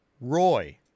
Roy